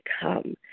come